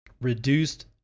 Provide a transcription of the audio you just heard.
Reduced